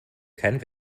kein